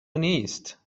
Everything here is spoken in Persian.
نیست